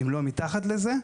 אם לא מתחת לזה.